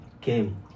came